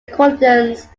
accordance